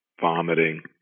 vomiting